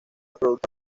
producto